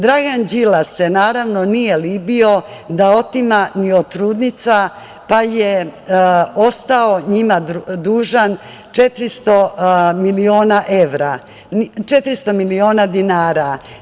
Dragan Đilas se, naravno, nije libio da otima ni od trudnica, pa je ostao njima dužan 400 miliona dinara.